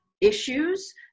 issues